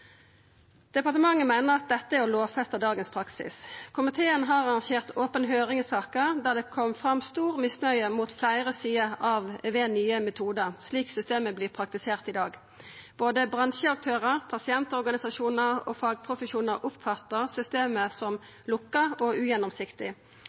Departementet meiner at dette er å lovfesta dagens praksis. Komiteen har arrangert open høyring i saka der det kom fram stor misnøye mot fleire sider ved Nye metodar slik systemet vert praktisert i dag. Både bransjeaktørar, pasientorganisasjonar og fagprofesjonar oppfatta systemet